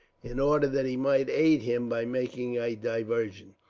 in order that he might aid him by making a diversion.